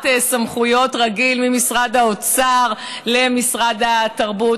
סמכויות ממשרד האוצר למשרד התרבות.